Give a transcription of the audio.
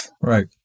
Right